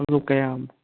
ꯑꯗꯨ ꯀꯌꯥꯃꯨꯛ